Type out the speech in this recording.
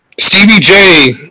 CBJ